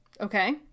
Okay